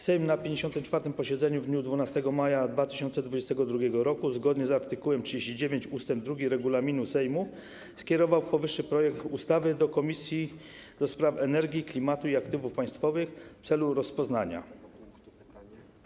Sejm na 54. posiedzeniu w dniu 12 maja 2022 r. zgodnie z art. 39 ust. 2 regulaminu Sejmu skierował powyższy projekt ustawy do Komisji do Spraw Energii, Klimatu i Aktywów Państwowych w celu rozpatrzenia.